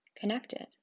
connected